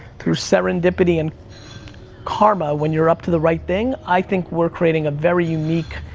through serendipity and karma, when you're up to the right thing, i think we're creating a very unique